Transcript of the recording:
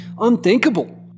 unthinkable